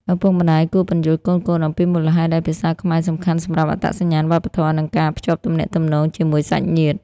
ឪពុកម្តាយគួរពន្យល់កូនៗអំពីមូលហេតុដែលភាសាខ្មែរសំខាន់សម្រាប់អត្តសញ្ញាណវប្បធម៌ និងការភ្ជាប់ទំនាក់ទំនងជាមួយសាច់ញាតិ។